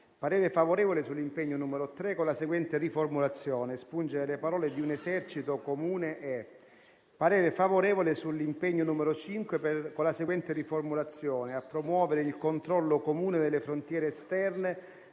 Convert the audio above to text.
parere favorevole sull'impegno n. 3 con la seguente riformulazione: espungere le parole "di un esercito comune e".